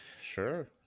sure